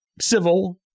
civil